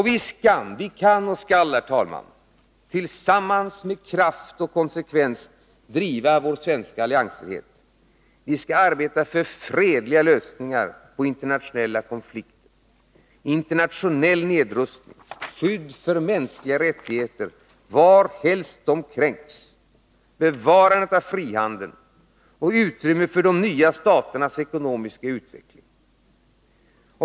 Vi kan och skall med kraft och konsekvens tillsammans driva vår svenska alliansfrihet. Vi skall arbeta för fredliga lösningar på internationella konflikter, internationell nedrustning, skydd för mänskliga rättigheter varhelst de kränks, bevarande av frihandeln samt utrymme för de nya staternas ekonomiska utveckling.